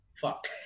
fuck